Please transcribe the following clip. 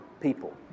people